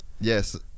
yes